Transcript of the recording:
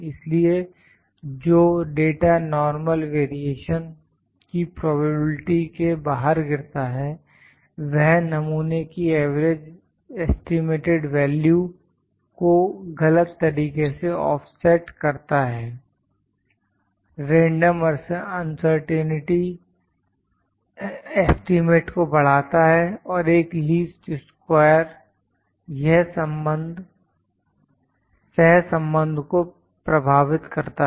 इसलिए जो data normal variation की प्रोबेबिलिटी के बाहर गिरता है वह नमूने की एवरेज ऐस्टीमेटेड वेल्यू को गलत तरीके से ऑफसेट करता है रेंडम अनसर्टेंटी एस्टीमेट को बढ़ाता है और एक लीस्ट स्क्वायर सह संबंध को प्रभावित करता है